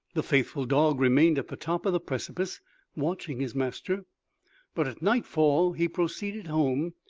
the faithful dog remained at the top of the precipice watching his master but at nightfall he proceeded home,